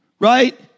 right